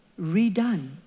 redone